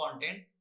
content